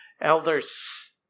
elders